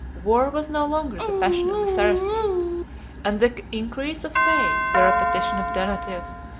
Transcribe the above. war was no longer the passion of the saracens and the increase of pay, the repetition of donatives,